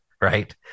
right